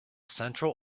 central